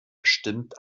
bestimmt